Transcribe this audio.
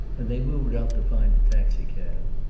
and they moved out to find a taxicab.